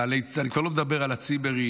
אני כבר לא מדבר על הצימרים,